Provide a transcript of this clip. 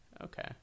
okay